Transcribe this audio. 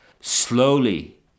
slowly